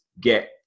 get